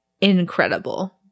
incredible